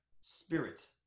spirit